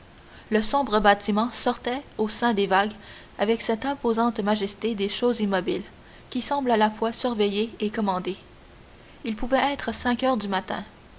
le sombre bâtiment sortait du sein des vagues avec cette imposante majesté des choses immobiles qui semblent à la fois surveiller et commander il pouvait être cinq heures du matin